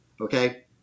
Okay